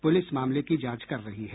police मामले की जांच कर रही है